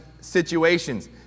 situations